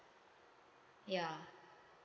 ya